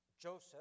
Joseph